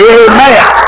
amen